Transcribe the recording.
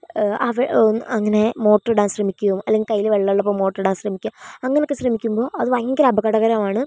അങ്ങനെ മോട്ടറിടാൻ ശ്രമിക്കുകയും അല്ലെങ്കിൽ കൈയില് വെള്ളം ഉള്ളപ്പോൾ മോട്ടറിടാൻ ശ്രമിക്കുക അങ്ങനെയൊക്കെ ശ്രമിക്കുമ്പോൾ അത് ഭയങ്കര അപകടകരമാണ്